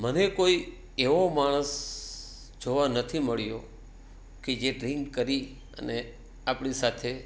મને કોઈ એવો માણસ જોવા નથી મળ્યો કે જે ડ્રિંક કરી અને આપણી સાથે